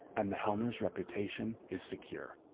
and the helmers reputation is secure.